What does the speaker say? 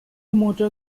motor